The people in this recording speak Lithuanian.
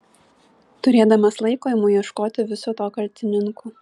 turėdamas laiko imu ieškoti viso to kaltininkų